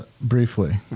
Briefly